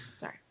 Sorry